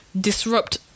disrupt